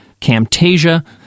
Camtasia